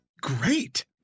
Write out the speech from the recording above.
great